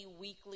weekly